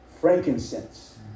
frankincense